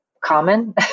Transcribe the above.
common